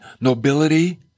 nobility